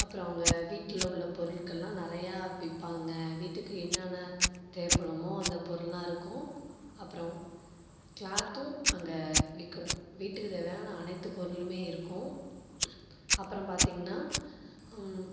அப்புறம் அங்கே வீட்டில் உள்ள பொருட்களெலாம் நிறையா விற்பாங்க வீட்டுக்கு என்னெனா தேவைப்படுமோ அந்த பொருளெலாம் இருக்கும் அப்புறம் கிளாத்தும் அங்கே விற்கும் வீட்டுக்கு தேவையான அனைத்து பொருளுமே இருக்கும் அப்புறம் பார்த்திங்ன்னா